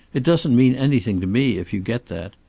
it doesn't mean anything to me, if you get that.